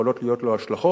יכולות להיות לו השלכות.